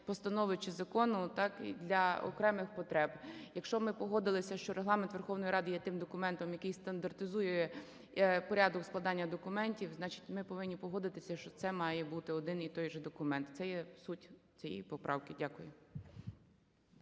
постанови чи закону для окремих потреб. Якщо ми погодилися, що Регламент Верховної Ради є тим документом, який стандартизує порядок складання документів, значить ми повинні погодитися, що це має бути один і той же документ. Це є суть цієї поправки. Дякую.